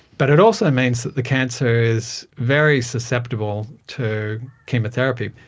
but it also means that the cancer is very susceptible to chemotherapy.